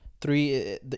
three